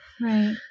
right